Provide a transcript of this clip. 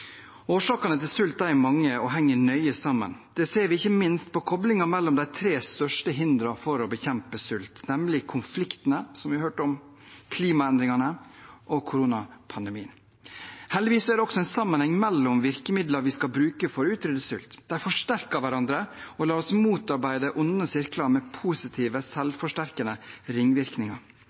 Årsakene til sult er mange og henger nøye sammen. Det ser vi ikke minst på koblingen mellom de tre største hindrene for å bekjempe sult, nemlig konfliktene – som vi hørte om – klimaendringene og koronapandemien. Heldigvis er det også en sammenheng mellom virkemidlene vi skal bruke for å utrydde sult. De forsterker hverandre og lar oss motarbeide onde sirkler med positive, selvforsterkende ringvirkninger.